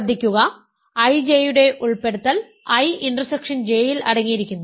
ശ്രദ്ധിക്കുക IJ യുടെ ഉൾപ്പെടുത്തൽ I ഇന്റർസെക്ഷൻ J യിൽ അടങ്ങിയിരിക്കുന്നു